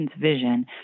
vision